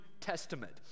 Testament